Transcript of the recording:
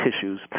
tissues